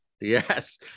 Yes